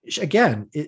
again